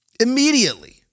Immediately